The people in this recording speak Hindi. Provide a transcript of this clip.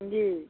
जी